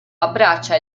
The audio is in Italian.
abbraccia